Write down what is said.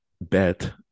bet